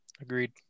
Agreed